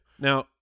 now